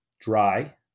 dry